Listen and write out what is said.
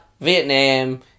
Vietnam